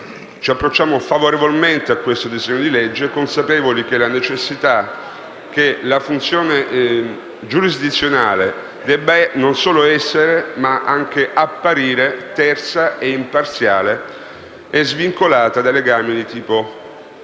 ci approcciamo favorevolmente al disegno di legge in esame, consapevoli della necessità che la funzione giurisdizionale debba non solo essere, ma anche apparire terza, imparziale e svincolata da legami di